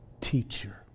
teacher